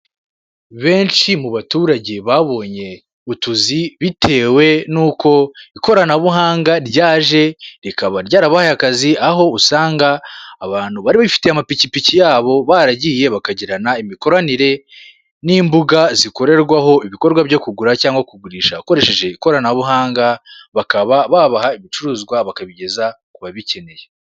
Benshi mu baturage babonye utuzi bitewe n'uko ikoranabuhanga ryaje rikaba ryarabahaye akazi, aho usanga abantu bari bifitiye amapikipiki yabo baragiye bakagirana imikoranire n'imbuga zikorerwaho ibikorwa byo kugura cyangwa kugurisha ukoresheje ikoranabuhanga, bakaba babaha ibicuruzwa bakabigeza ku babikeneye.